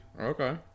Okay